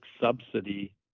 subsidy